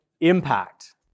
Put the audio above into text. impact